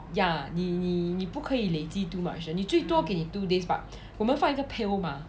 ya 你你你不可以累计 too much 的最多给你 two days but 我们放一个 pail mah